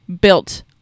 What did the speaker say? built